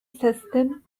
system